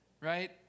right